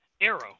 arrow